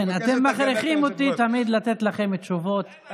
כן, אתם מכריחים אותי תמיד לתת לכם תשובות.